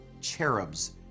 cherubs